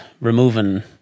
removing